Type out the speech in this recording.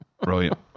Brilliant